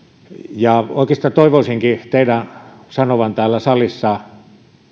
oikeastaan toivoisinkin teidän sanovan täällä salissa